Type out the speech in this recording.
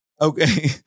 Okay